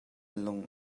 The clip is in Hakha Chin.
lung